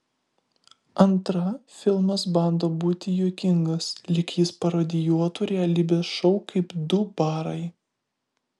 antra filmas bando būti juokingas lyg jis parodijuotų realybės šou kaip du barai